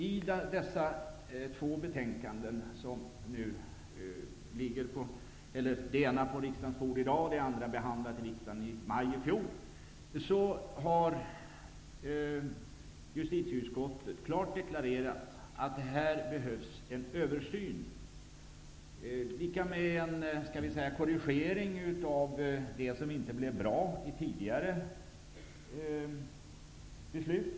I dessa två betänkanden -- det ena ligger nu på riksdagens bord och det andra behandlade riksdagen i maj i fjol -- har justitieutskottet klart deklarerat att det här behövs en översyn. Det behöver göras en korrigering av sådant som inte blev bra vid föregående beslut.